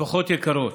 משפחות יקרות,